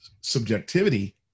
subjectivity